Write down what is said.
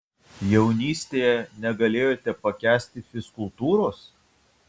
jaunystėje negalėjote pakęsti fizkultūros